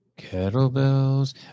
Kettlebells